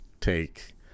take